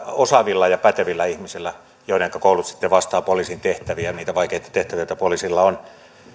osaavilla ja pätevillä ihmisillä joiden koulutus sitten vastaa poliisin tehtäviä niitä vaikeita tehtäviä joita poliisilla on